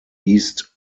east